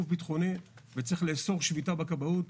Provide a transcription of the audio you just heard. ביטחוני וצריך לאסור שביתה בכבאות.